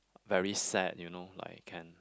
very sad you know like can